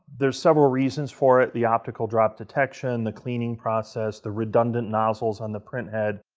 there's several reasons for it. the optical drop detection. the cleaning process. the redundant nozzles on the printhead.